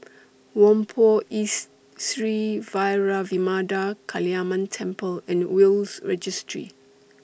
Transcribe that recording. Whampoa East Sri Vairavimada Kaliamman Temple and Will's Registry